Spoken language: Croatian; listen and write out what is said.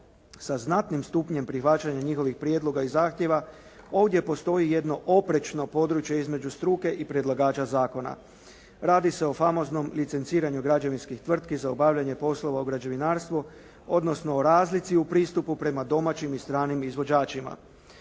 sa znatnim stupnjem prihvaćanja njihovih prijedloga i zahtjeva, ovdje postoji jedno oprečno područje između struke i predlagača zakona. Radi se o famoznom licenciranju građevinskih tvrtki za obavljanje poslova u građevinarstvu, odnosno o razlici u pristupu prema domaćim i stranim izvođačima.